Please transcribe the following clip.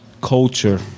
culture